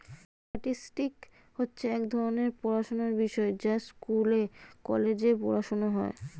statistics হচ্ছে এক ধরণের পড়াশোনার বিষয় যা স্কুলে, কলেজে পড়ানো হয়